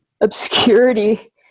obscurity